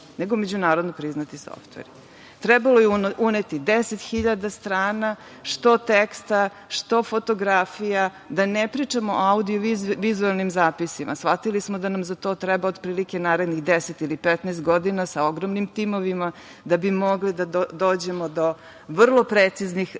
nego međunarodno priznati softveri. Trebalo je uneti 10.000 strana, što teksta, što fotografija, da ne pričamo o audio-vizuelnim zapisima. Shvatili smo da nam za to treba otprilike narednih 10 ili 15 godina sa ogromnim timovima da bismo mogli da dođemo do vrlo preciznih